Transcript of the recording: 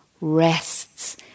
rests